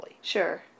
Sure